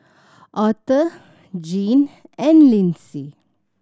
Author Gene and Linsey